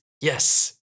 yes